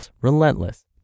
relentless